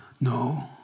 No